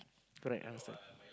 correct answer